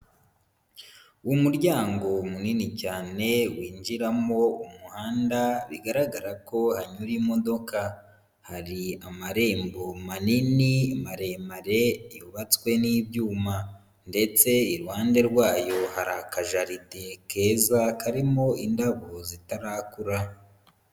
Umuryango munini cyane winjiramo umuhanda bigaragara ko hanyura imodoka, hari amarembo manini maremare yubatswe n'ibyuma ndetse iruhande rwayo hari akajaride keza karimo indabo zitarakura.